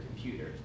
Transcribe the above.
computer